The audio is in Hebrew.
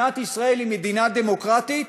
מדינת ישראל היא מדינה דמוקרטית,